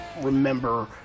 remember